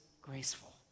graceful